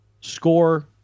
score